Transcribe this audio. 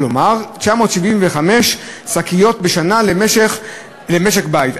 כלומר 975 שקיות בשנה למשק-בית.